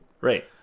Right